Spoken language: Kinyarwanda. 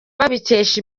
babikesha